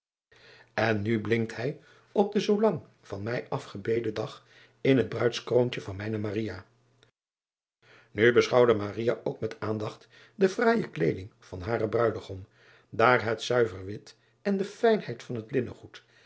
en nu blinkt hij op den zoolang van mij afgebeden dag in het ruidskroontje van mijne u beschouwde ook met aandacht de fraaije kleeding van haren ruidegom daar het zuiver wit en de fijnheid van zijn linnengoed